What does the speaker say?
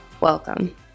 Welcome